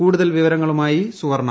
കൂടുതൽ വിവരങ്ങളുമായി സുവർണ്ണ